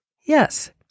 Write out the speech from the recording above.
Yes